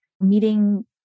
meeting